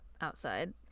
outside